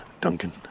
Duncan